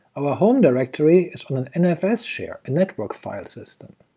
our home directory is on an nfs share, a network file system.